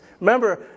remember